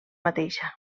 mateixa